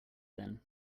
then